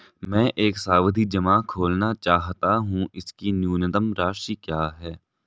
मैं एक सावधि जमा खोलना चाहता हूं इसकी न्यूनतम राशि क्या है?